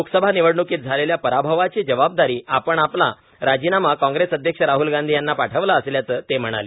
लोकसभा निवडण्कीत झालेल्या पराभवाची जबाबदारी घेत आपण आपला राजीनामा काँग्रेस अध्यक्ष राहूल गांधी यांना पाठवला असल्याच ते म्हणाले